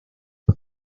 mrs